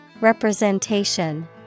Representation